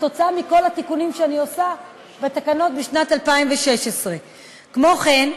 מכל התיקונים שאני עושה בתקנות לשנת 2016. כמו כן,